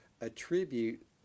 attribute